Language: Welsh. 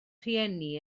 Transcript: rhieni